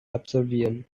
absolvieren